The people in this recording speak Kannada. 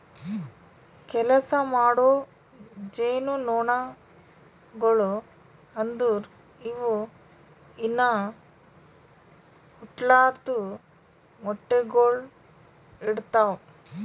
ಕೆಲಸ ಮಾಡೋ ಜೇನುನೊಣಗೊಳು ಅಂದುರ್ ಇವು ಇನಾ ಹುಟ್ಲಾರ್ದು ಮೊಟ್ಟೆಗೊಳ್ ಇಡ್ತಾವ್